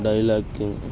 dialogue king